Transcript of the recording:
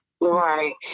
right